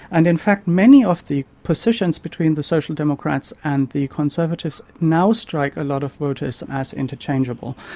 and in fact many of the positions between the social democrats and the conservatives now strike a lot of voters as interchangeable,